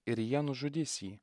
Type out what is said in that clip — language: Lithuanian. ir jie nužudys jį